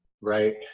Right